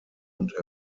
und